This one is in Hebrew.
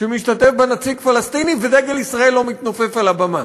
שמשתתף בה נציג פלסטיני ודגל ישראל לא מתנופף על הבמה.